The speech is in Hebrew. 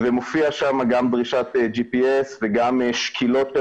ומופיעה שם גם דרישת GPS וגם שקילות של